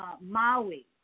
Maui